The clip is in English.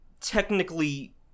technically